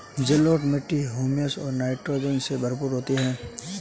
जलोढ़ मिट्टी हृयूमस और नाइट्रोजन से भरपूर होती है